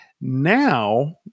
Now